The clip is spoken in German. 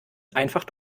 einfach